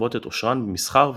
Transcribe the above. להרבות את עשרן במסחר וקנין".